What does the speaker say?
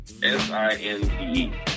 S-I-N-T-E